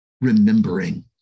remembering